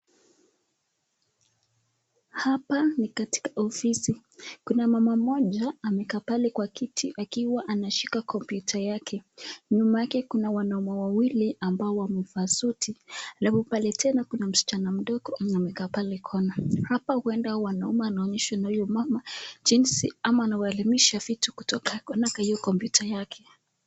Hapa ni katika ofisi. Kuna mama mmoja amekaa pale kwa kiti akiwa anashika kompyuta yake. Nyuma yake kuna wanaume wawili ambao wamevaa suti. Alafu pale tena kuna msichana mdogo amekaa pale kona. Hapa huenda wanaume wanaonyesha na huyu mama ama wanaelimisha vitu kutoka kwenye kompyuta yake.